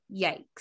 yikes